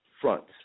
fronts